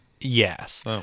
Yes